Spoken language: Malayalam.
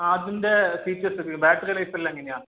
ആ അതിൻ്റെ ഫീച്ചർസൊക്കെ ബാറ്ററി ലൈഫെല്ലാം എങ്ങനെയാണ്